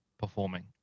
performing